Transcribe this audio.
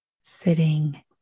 sitting